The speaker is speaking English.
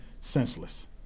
senseless